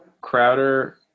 Crowder